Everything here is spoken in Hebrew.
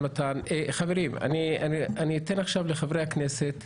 חברים, אני אתן עכשיו לחברי הכנסת.